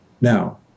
Now